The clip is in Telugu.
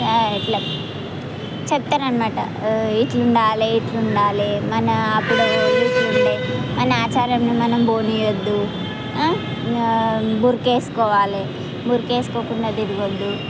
ఇట్లా చెప్తారు అన్నమాట ఇట్ల ఉండాలి ఇట్ల ఉండాలి మన అప్పుడు ఇట్ల ఉండే మన ఆచారాన్ని మనం పోనియ్యద్దు బురకా వేసుకోవాలి బురకా వేసుకోకుండా తిరగద్దు